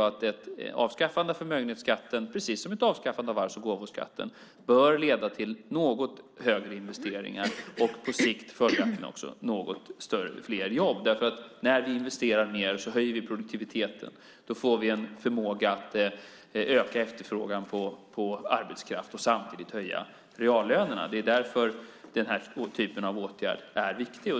att ett avskaffande av förmögenhetsskatten, precis som ett avskaffande av arvs och gåvoskatten, bör leda till något högre investeringar och på sikt följaktligen också något fler jobb. När vi investerar mer höjer vi produktiviteten. Då får vi en förmåga att öka efterfrågan på arbetskraft och samtidigt höja reallönerna. Det är därför den här typen av åtgärder är viktig.